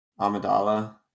amidala